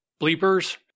Bleepers